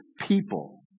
people